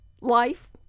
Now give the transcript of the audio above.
life